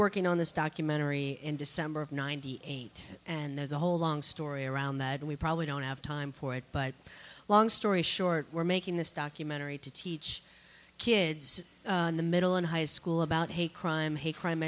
working on this documentary in december of ninety eight and there's a whole long story around that and we probably don't have time for it but long story short we're making this documentary to teach kids in the middle and high school about hate crime hate crime